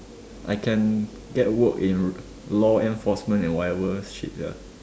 I can get work in law enforcement and whatever shit sia